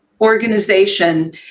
organization